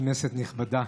כנסת נכבדה,